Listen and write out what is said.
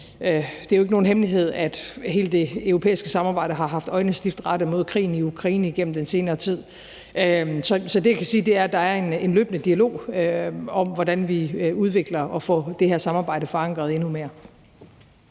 er det jo ikke nogen hemmelighed, at hele det europæiske samarbejde har haft øjnene stift rettet mod krigen i Ukraine igennem den senere tid. Så det, jeg kan sige, er, at der er en løbende dialog om, hvordan vi udvikler og får det her samarbejde forankret endnu mere.